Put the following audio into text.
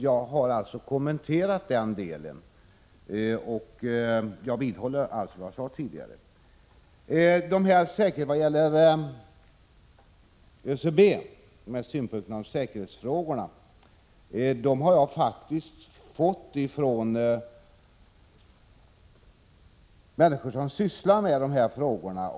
Jag har alltså kommenterat det, och jag vidhåller vad jag tidigare sade. Synpunkterna på säkerheten när det gäller SCB har jag faktiskt fått från människor som sysslar med dessa frågor.